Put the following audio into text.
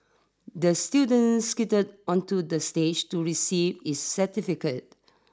the student skated onto the stage to receive his certificate